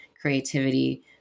creativity